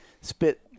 spit